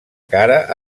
cara